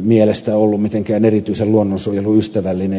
mielestä ollut mitenkään erityisen luonnonsuojeluystävällinen